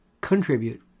contribute